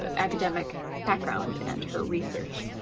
academic background and her research.